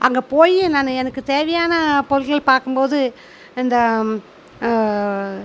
அங்கே போய் நான் எனக்கு தேவையான பொருட்கள் பார்க்கும் போது இந்த